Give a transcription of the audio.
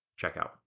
checkout